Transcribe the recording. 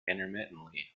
intermittently